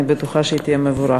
אני בטוחה שהיא תהיה מבורכת.